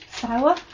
Sour